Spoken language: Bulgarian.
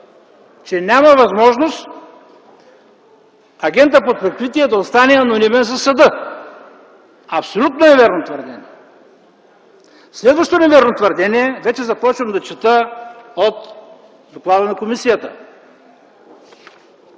че няма възможност агентът под прикритие да остане анонимен за съда. Абсолютно е вярно твърдението. Следващото невярно твърдение, вече започвам да чета от доклада на комисията